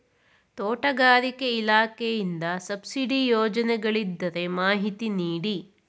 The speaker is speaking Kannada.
ತೋಟಗಾರಿಕೆ ಇಲಾಖೆಯಿಂದ ಸಬ್ಸಿಡಿ ಯೋಜನೆಗಳಿದ್ದರೆ ಮಾಹಿತಿ ನೀಡಿ?